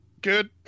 Good